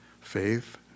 faith